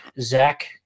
Zach